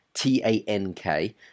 T-A-N-K